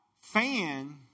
fan